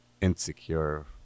insecure